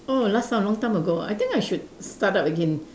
oh last time long time go I think I should start up again